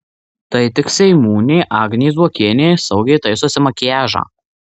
tai tik seimūnė agnė zuokienė saugiai taisosi makiažą